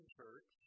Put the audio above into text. church